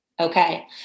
Okay